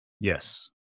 Yes